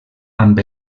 amb